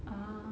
ah